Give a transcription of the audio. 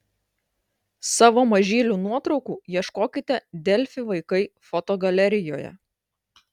savo mažylių nuotraukų ieškokite delfi vaikai fotogalerijoje